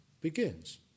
begins